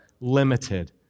limited